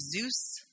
Zeus